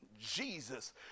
Jesus